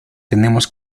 tenemos